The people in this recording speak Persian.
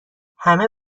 همه